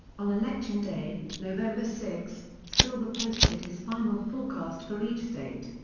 on election day, november six, silver posted his final forecast for each state.